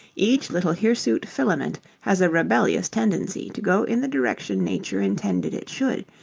each little hirsute filament has a rebellious tendency to go in the direction nature intended it should,